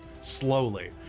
slowly